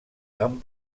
amb